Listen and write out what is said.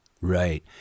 Right